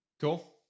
Cool